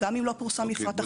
גם אם לא פורסם מפרט אחיד,